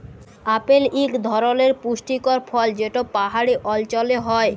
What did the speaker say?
apple ইক ধরলের পুষ্টিকর ফল যেট পাহাড়ি অল্চলে হ্যয়